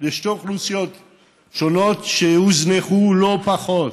לשתי אוכלוסיות שונות שהוזנחו לא פחות: